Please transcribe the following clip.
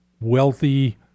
wealthy